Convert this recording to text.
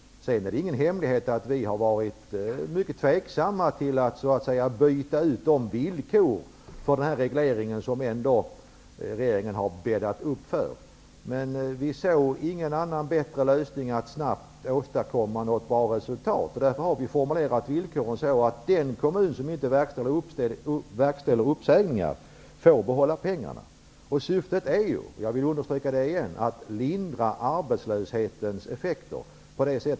Det är ingen hemlighet att vi har varit mycket tveksamma till att så att säga byta ut de villkor för regleringen som regeringen har bäddat för. Men vi såg ingen bättre lösning för att snabbt åstadkomma ett bra resultat. Därför har vi formulerat villkoren så, att den kommun som inte verkställer uppsägningar får behålla pengarna. Syftet är ju -- jag vill understryka det igen -- att lindra arbetslöshetens effekter.